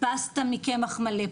פסטה מקמח מלא,